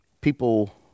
people